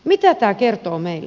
mitä tämä kertoo meille